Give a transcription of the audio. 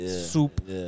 soup